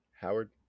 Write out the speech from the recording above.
Howard